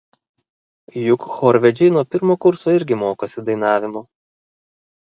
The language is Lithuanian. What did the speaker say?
juk chorvedžiai nuo pirmo kurso irgi mokosi dainavimo